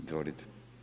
Izvolite.